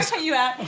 cut you out.